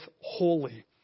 Holy